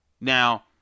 Now